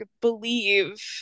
believe